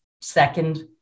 second